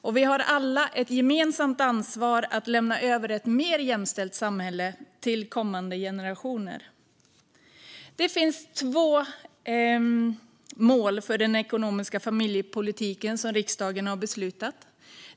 Vi har också alla ett gemensamt ansvar att lämna över ett än mer jämställt samhälle till kommande generationer. Det finns två mål för den ekonomiska familjepolitiken som riksdagen har beslutat.